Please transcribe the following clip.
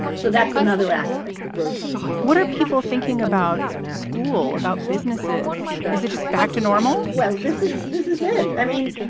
so that's another aspect what are people thinking about school, about businesses? is it just back to normal? well, this is this is it. i mean,